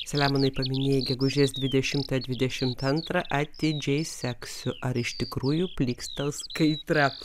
selemonai paminėjai gegužės dvidešimtą dvidešimt antrą atidžiai seksiu ar iš tikrųjų plykstels kaitra